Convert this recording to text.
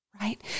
right